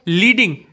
leading